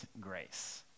grace